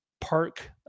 park